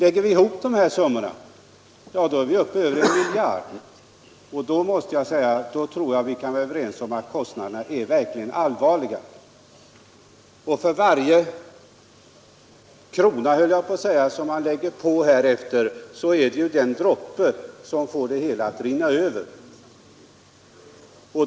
Lägger vi ihop dessa summor är vi uppe i över 1 miljard, och då tror jag vi kan vara överens om att det verkligen gäller betänkliga kostnader. Varje krona — låt mig uttrycka det så — som man därefter lägger på kan bli den droppe som får hela bägaren att rinna över.